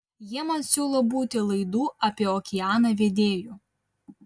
jie man siūlo būti laidų apie okeaną vedėju